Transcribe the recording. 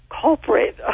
culprit